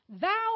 Thou